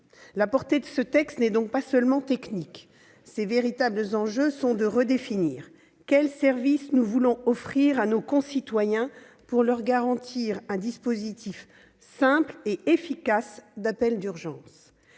La portée de ce texte n'est donc pas seulement technique. Ses véritables enjeux sont de redéfinir le service que nous voulons offrir à nos concitoyens, pour leur garantir un dispositif simple et efficace d'appel d'urgence